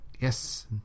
Yes